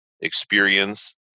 experience